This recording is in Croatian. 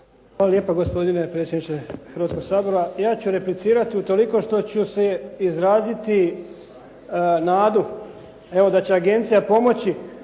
Hvala lijepa. Gospodine predsjedniče Hrvatskoga sabora. Ja ću replicirati utoliko što ću izraziti nadu da će agencija pomoći